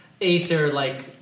aether-like